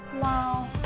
Wow